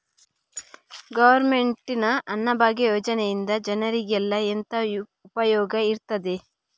Government ನ ಅನ್ನಭಾಗ್ಯ ಯೋಜನೆಯಿಂದ ಜನರಿಗೆಲ್ಲ ಎಂತ ಉಪಯೋಗ ಇರ್ತದೆ?